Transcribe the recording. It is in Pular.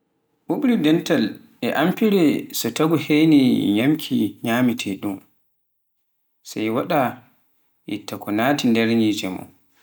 ɓuuɓri dental e amfira so taagu heyni nyaamki nyameteɗun, sai itta ko naati nde nyicce mun